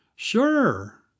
Sure